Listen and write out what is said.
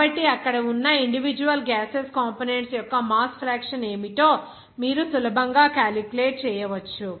కాబట్టి అక్కడ ఉన్న ఇండివిడ్యువల్ గ్యాసెస్ కంపోనెంట్స్ యొక్క మాస్ ఫ్రాక్షన్ ఏమిటో మీరు సులభంగా క్యాలిక్యులేట్ చేయవచ్చు